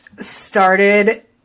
started